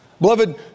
Beloved